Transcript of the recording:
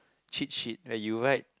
cheat sheet that you write